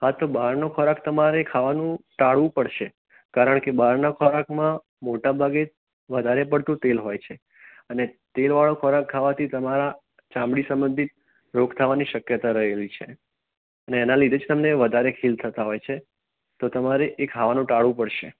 હા તો બહારનો ખોરાક ખાવાનું તમારે ટાળવું પડશે કારણ કે બહારના ખોરાકમાં મોટા ભાગે વધારે પડતું તેલ હોય છે અને તેલવાળો ખોરાક ખાવાથી ચામડી સંબંધિત રોગ થવાની શક્યતા રહેલી છે અને એના લીધે જ તમને વધારે ખીલ થતા હોય છે તો તમારે એ ખાવાનું ટાળવું પડશે